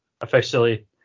officially